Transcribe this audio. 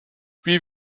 wie